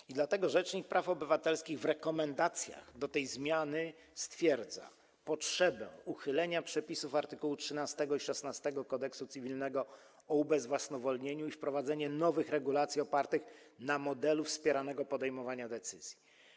I dlatego rzecznik praw obywatelskich w rekomendacjach do tej zmiany stwierdza potrzebę uchylenia przepisów art. 13 i 16 Kodeksu cywilnego o ubezwłasnowolnieniu i wprowadzenia nowych regulacji opartych na modelu wspieranego podejmowania decyzji.